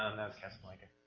that was casablanca.